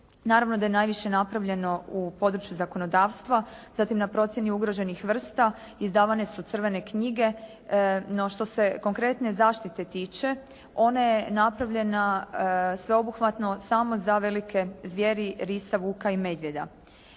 Naravno da je najviše napravljeno u području zakonodavstva, zatim na procjeni ugroženih vrsta izdavane su crvene knjige, no što se konkretne zaštite tiče, ona je napravljena sveobuhvatno samo za velike zvijeri risa, vuka i medvjeda.